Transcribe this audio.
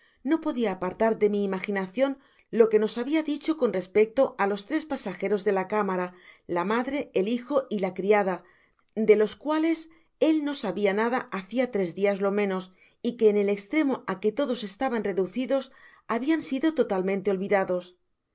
no podia apartar de mi imaginacion lo que nos habia dicho con respecto á los tres pasageros de la cámara la madre el hijo y la criada de los cuales él no sabia nada hacia tres dias lo menos y que en el estremo á que todos estaban reducidos habian sido totalmente olvidados de lo